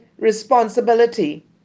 responsibility